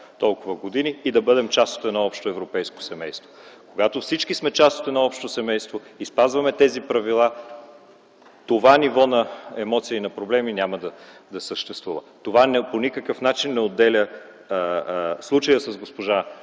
толкова години, и да бъдем част от едно общо европейско семейство. Когато всички сме част от едно общо семейство и спазваме тези правила, това ниво на емоции и на проблеми няма да съществува. Това по никакъв начин не отделя случая с госпожа